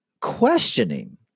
questioning